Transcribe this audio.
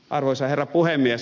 arvoisa herra puhemies